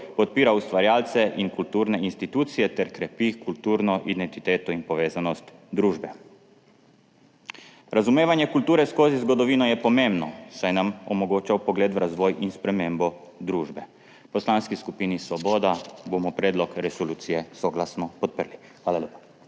podpira ustvarjalce in kulturne institucije ter krepi kulturno identiteto in povezanost družbe. Razumevanje kulture skozi zgodovino je pomembno, saj nam omogoča vpogled v razvoj in spremembo družbe. V Poslanski skupini Svoboda bomo predlog resolucije soglasno podprli. Hvala lepa.